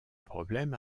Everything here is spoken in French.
problème